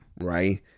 Right